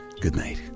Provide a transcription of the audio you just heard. goodnight